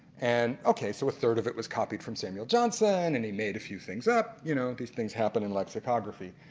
and okay so a third of it was copied from samuel johnson, and he made a few things up and you know these things happen in lexicography.